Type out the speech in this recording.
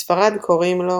בספרד קוראים לו